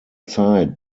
zeit